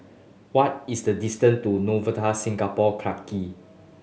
what is the distant to Novotel Singapore Clarke Quay